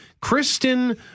Kristen